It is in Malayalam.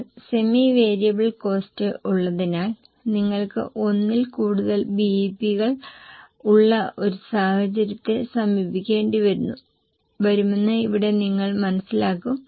എന്നാൽ സെമി വേരിയബിൾ കോസ്റ്റ് ഉള്ളതിനാൽ നിങ്ങൾക്ക് 1 ൽ കൂടുതൽ BEP കൾ ഉള്ള ഒരു സാഹചര്യത്തെ സമീപിക്കേണ്ടി വരുമെന്ന് ഇവിടെ നിങ്ങൾ മനസ്സിലാക്കും